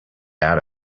out